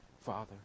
Father